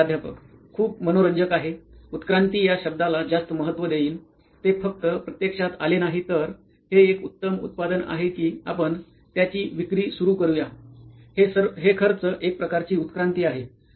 प्राध्यापक खूप मनोरंजक आहे उत्क्रांती या शब्दाला जास्त महत्व देईन ते फक्त प्रत्यक्षात आले नाही तर हे एक उत्तम उत्पादन आहे की आपण त्याची विक्री सुरू करूया हे खर्च एकप्रकारची उत्क्रांती आहे